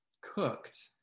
cooked